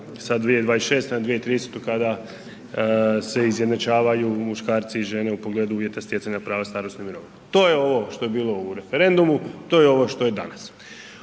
sa 2026. na 2030. kada se izjednačavaju muškarci i žene u pogledu uvjeta stjecanja prava starosne mirovine. To je ovo što je bilo u referendumu, to je ovo što je danas.